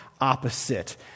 opposite